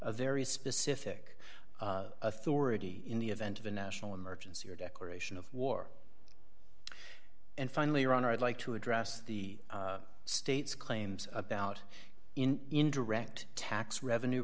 a very specific authority in the event of a national emergency or declaration of war and finally ron i'd like to address the state's claims about indirect tax revenue